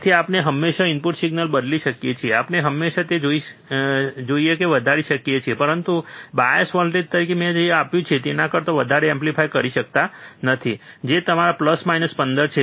તેથી આપણે હંમેશા ઇનપુટ સિગ્નલ બદલી શકીએ છીએ આપણે હંમેશા જે જોઈએ તે વધારી શકીએ છીએ પરંતુ આપણે બાયસ વોલ્ટેજ તરીકે મેં જે આપ્યું છે તેના કરતા વધારે એમ્પ્લીફાય કરી શકતા નથી જે તમારા પ્લસ માઇનસ 15 છે